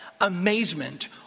amazement